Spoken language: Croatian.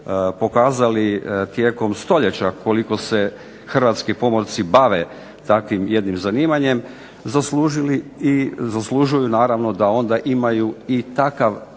pokazali tijekom stoljeća koliko se hrvatski pomorci bave takvim jednim zanimanjem zaslužili i zaslužuju naravno da onda imaju i takav